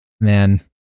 Man